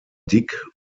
dick